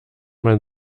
man